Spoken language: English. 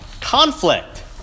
conflict